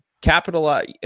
capitalize